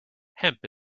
hemp